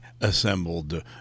assembled